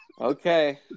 Okay